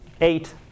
eight